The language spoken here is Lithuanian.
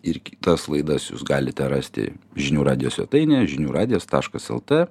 ir kitas laidas jūs galite rasti žinių radijo svetainėje žinių radijo taškas elte